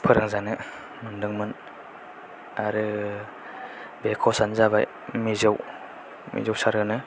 फोरोंजानो मोनदोंमोन आरो बे खस आनो जाबाय मिजौ मिजौ सार होनो